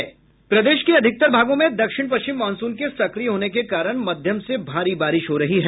प्रदेश के अधिकतर भागों में दक्षिण पश्चिम मॉनसून के सक्रिय होने के कारण मध्यम से भारी बारिश हो रही है